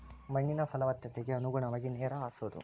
ಮಣ್ಣಿನ ಪಲವತ್ತತೆಗೆ ಅನುಗುಣವಾಗಿ ನೇರ ಹಾಸುದು